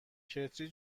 کتری